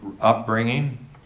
upbringing